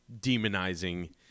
demonizing